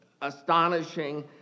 astonishing